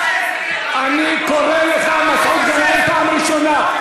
אני קורא אותך, מסעוד גנאים, פעם ראשונה.